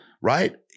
right